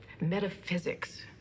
metaphysics